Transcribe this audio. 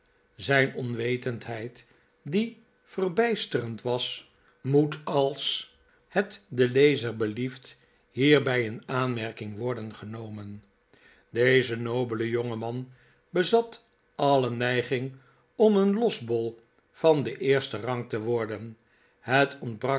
zijn onwetendheid die verbijsterend was moet als het den lezer belieft hierbij in aanmerking woxden genomen deze nobele jongeman bezat alle neiging om een losbol van den eersten rang te worden het